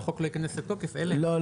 שהחוק לא ייכנס לתוקף אלא אם כן --- לא,